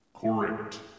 Correct